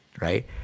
Right